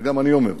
וגם אני אומר זאת.